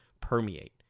permeate